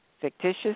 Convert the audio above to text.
fictitious